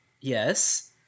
Yes